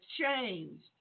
changed